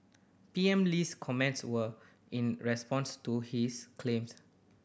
P M Lee's comments were in response to his claims